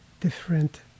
different